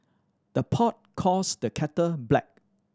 the pot calls the kettle black